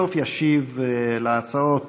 בסוף ישיב על ההצעות,